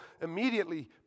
immediately